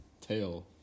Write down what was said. tail